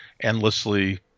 endlessly